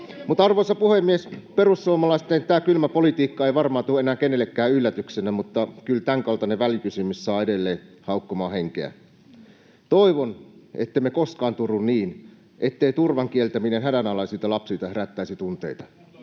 arvoisa puhemies! Perussuomalaisten kylmä politiikka ei varmaan tule enää kenellekään yllätyksenä, mutta kyllä tämän kaltainen välikysymys saa edelleen haukkomaan henkeä. Toivon, ettemme koskaan turru niin, ettei turvan kieltäminen hädänalaisilta lapsilta herättäisi tunteita,